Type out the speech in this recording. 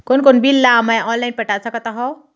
कोन कोन बिल ला मैं ऑनलाइन पटा सकत हव?